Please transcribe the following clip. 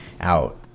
out